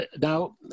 now